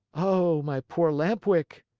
oh, my poor lamp-wick!